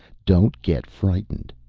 don't get frightened.